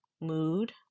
mood